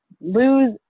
lose